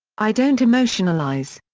i don't emotionalize.